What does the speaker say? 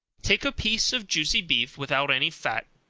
take a piece of juicy beef, without any fat,